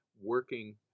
working